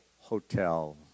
hotel